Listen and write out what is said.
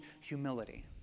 humility